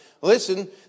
listen